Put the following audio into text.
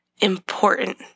important